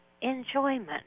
enjoyment